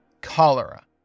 cholera